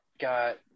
got